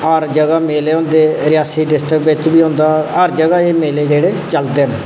हर जगह् मेले होंदे रियासी डिस्ट्रिक बिच बी होंदा हर जगह् एह् मेले जेह्ड़े चलदे न